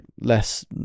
less